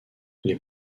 les